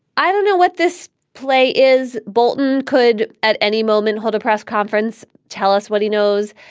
i don't know what this play is. bolton could at any moment hold a press conference. tell us what he knows.